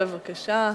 בבקשה.